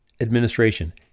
administration